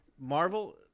Marvel